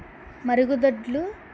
మరుగుదొడ్లు